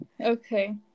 Okay